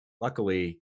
luckily